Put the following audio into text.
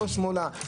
לא שמאלה,